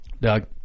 Doug